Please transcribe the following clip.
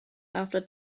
after